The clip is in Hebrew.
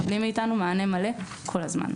מקבלים מאיתנו מענה מלא כל הזמן.